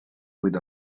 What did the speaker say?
with